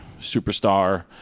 Superstar